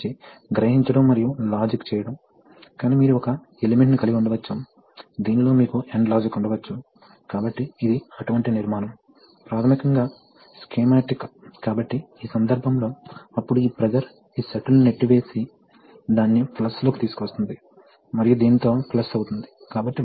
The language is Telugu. రిట్రాక్షన్ స్ట్రోక్ లోఇప్పుడు మీరు ఈ స్థితిలో ఉన్నారు కాబట్టి ఇప్పుడు ఇదే మార్గం ద్రవ అడిషన్ లేదు కాబట్టి ఇప్పుడు ఏమి జరుగుతున్నది ఇది V మరియు స్పష్టంగా ఇది నేరుగా దీనిలోకి వెళుతుంది మరియు సహజంగా ఇది అవుతుంది కాబట్టి ఇది v అవుతుంది